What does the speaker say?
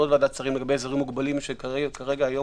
ועדת שרים לגבי אזורים מוגבלים שכרגע יש